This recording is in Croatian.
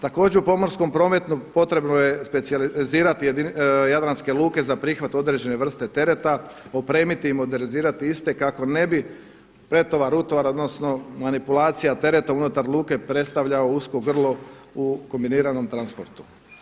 Također, u pomorskom prometu potrebno je specijalizirati jadranske luke za prihvat određene vrste tereta, opremiti i modernizirati iste kako ne bi pretovar, utovar odnosno manipulacija tereta unutar luke predstavljao usko grlo u kombiniramo transportu.